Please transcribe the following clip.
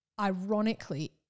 ironically